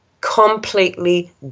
Completely